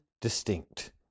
distinct